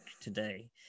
today